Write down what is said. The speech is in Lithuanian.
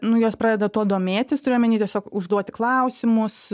nu jos pradeda tuo domėtis turiu omeny tiesiog užduot klausimus